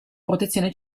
protezione